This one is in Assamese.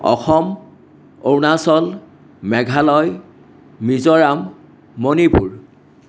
অসম অৰুণাচল মেঘালয় মিজোৰাম মণিপুৰ